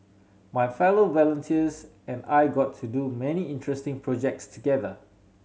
my fellow volunteers and I got to do many interesting projects together